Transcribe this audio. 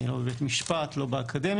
לא בבית משפט, לא באקדמיה